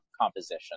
composition